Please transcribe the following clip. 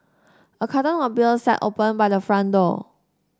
a carton of beer sat open by the front door